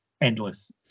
endless